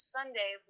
Sunday